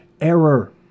error